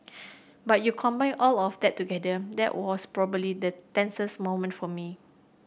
but you combine all of that together that was probably the tensest moment for me